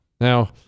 Now